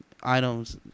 items